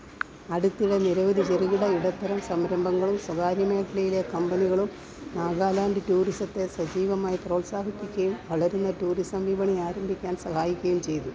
അടുത്തിടെ നിരവധി ചെറുകിട ഇടത്തരം സംരംഭങ്ങളും സ്വകാര്യ മേഖലയിലെ കമ്പനികളും നാഗാലാൻഡ് ടൂറിസത്തെ സജീവമായി പ്രോത്സാഹിപ്പിക്കുകയും വളരുന്ന ടൂറിസം വിപണി ആരംഭിക്കാൻ സഹായിക്കുകയും ചെയ്തു